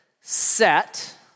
set